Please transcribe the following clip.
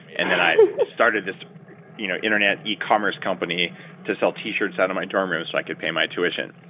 and then i started this you know internet yeah e-commerce company to sell t-shirts out of my dorm room so i could pay my tuition.